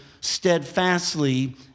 steadfastly